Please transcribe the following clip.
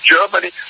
Germany